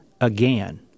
again